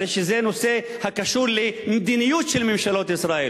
שהרי זה נושא הקשור למדיניות של ממשלות ישראל